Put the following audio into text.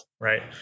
Right